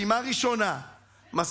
באנו לתקן.